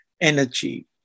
energy